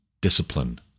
discipline